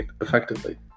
effectively